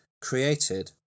created